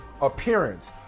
appearance